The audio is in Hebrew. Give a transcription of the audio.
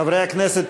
חברי הכנסת,